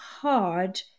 hard